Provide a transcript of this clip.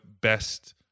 best